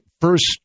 first